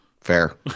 Fair